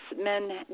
men